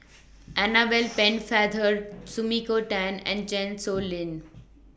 Annabel Pennefather Sumiko Tan and Chan Sow Lin